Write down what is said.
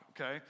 okay